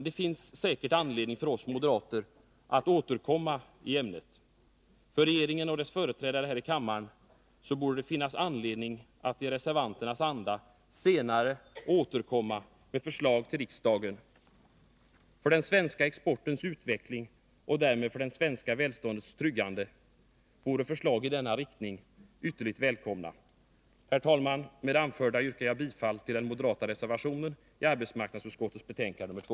Det finns säkert anledning för oss moderater att återkomma i ämnet. Regeringen och dess företrädare här i kammaren borde ha skäl att i vår reservations anda senare återkomma med förslag till riksdagen. För den svenska exportens utveckling och därmed för det svenska välståndets tryggande vore förslag i denna riktning ytterligt välkommna. Herr talman! Med det anförda yrkar jag bifall till den moderata reservationen i arbetsmarknadsutskottets betänkande nr 2.